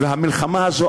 המלחמה הזאת,